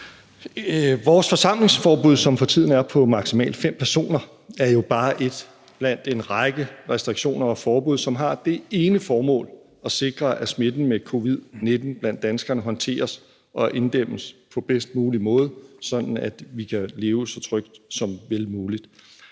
Vores forsamlingsforbud, som for tiden er på maksimalt fem personer, er jo bare et blandt en række restriktioner og forbud, som har det ene formål at sikre, at smitten med covid-19 blandt danskerne håndteres og inddæmmes på bedst mulig måde, sådan at vi kan leve så trygt som muligt.